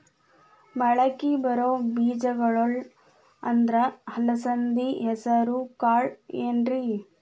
ಮಳಕಿ ಬರೋ ಬೇಜಗೊಳ್ ಅಂದ್ರ ಅಲಸಂಧಿ, ಹೆಸರ್ ಕಾಳ್ ಏನ್ರಿ?